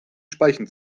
speichen